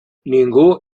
ningú